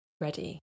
ready